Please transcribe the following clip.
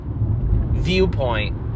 viewpoint